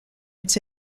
its